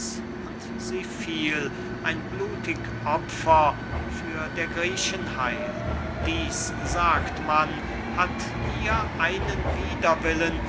und sie fiel ein blutig opfer für der griechen heil dieß sagt man hat ihr einen widerwillen